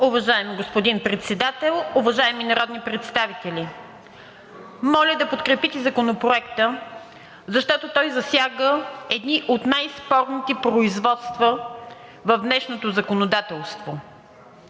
Уважаеми господин Председател, уважаеми народни представители! Моля да подкрепите Законопроекта, защото той засяга едни от най-спорните производства в днешното законодателство.